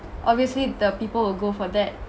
obviously the people will go for that